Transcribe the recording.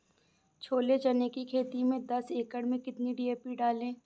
छोले चने की खेती में दस एकड़ में कितनी डी.पी डालें?